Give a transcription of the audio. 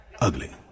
Ugly